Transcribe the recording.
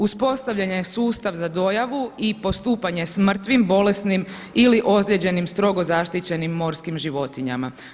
Uspostavljen je sustav za dojavu i postupanje sa mrtvim, bolesnim ili ozlijeđenim strogo zaštićenim morskim životinjama.